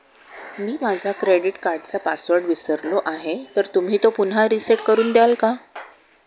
मी माझा क्रेडिट कार्डचा पासवर्ड विसरलो आहे तर तुम्ही तो पुन्हा रीसेट करून द्याल का?